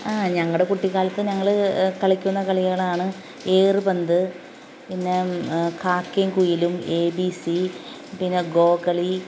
ഞങ്ങളുടെ കുട്ടിക്കാലത്ത് ഞങ്ങൾ കളിക്കുന്ന കളികളാണ് ഏറുപന്ത് പിന്നെ കാക്കേം കുയിലും എ ബി സി പിന്നെ ഗോ കളി